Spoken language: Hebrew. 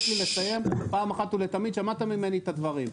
נקבע בהסכם הוא שהמחיר לביצה למגדל כן ייקבע בחוק בהתאם לעלויות הגידול.